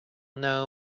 know